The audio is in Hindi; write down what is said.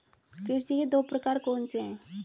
कृषि के दो प्रकार कौन से हैं?